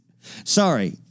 Sorry